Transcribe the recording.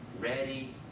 ready